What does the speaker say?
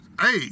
Hey